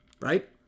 Right